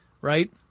right